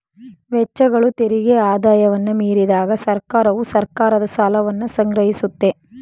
ವೆಚ್ಚಗಳು ತೆರಿಗೆ ಆದಾಯವನ್ನ ಮೀರಿದಾಗ ಸರ್ಕಾರವು ಸರ್ಕಾರದ ಸಾಲವನ್ನ ಸಂಗ್ರಹಿಸುತ್ತೆ